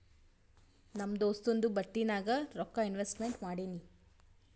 ನಮ್ ದೋಸ್ತುಂದು ಬಟ್ಟಿ ನಾಗ್ ರೊಕ್ಕಾ ಇನ್ವೆಸ್ಟ್ಮೆಂಟ್ ಮಾಡಿನಿ